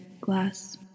glass